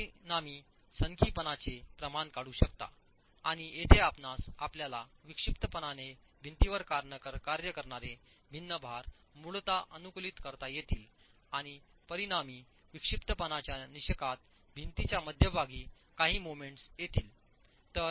तर परिणामी सनकीपणाचे प्रमाण काढू शकता आणि येथे आपणास आपापल्या विक्षिप्तपणाने भिंतीवर कार्य करणारे भिन्न भार मूळतः अनुकूलित करता येतील आणि परिणामी विक्षिप्तपणाच्या निकषात भिंतीच्या मध्यभागी काही मोमेंट्स येतील